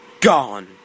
gone